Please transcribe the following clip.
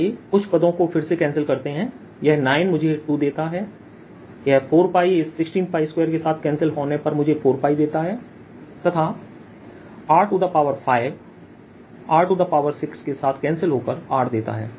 आइए कुछ पदों को फिर से कैंसिल करते हैं यह 9 मुझे 2 देता है यह 4 इस162के साथ कैंसिल होने पर मुझे4देता है तथा R5 R6के साथ कैंसिल होकर R देता है